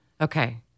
Okay